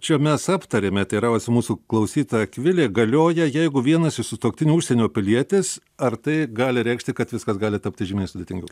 čia mes aptarėme teiraujasi mūsų klausytoja akvilė galioja jeigu vienas iš sutuoktinių užsienio pilietis ar tai gali reikšti kad viskas gali tapti žymiai sudėtingiau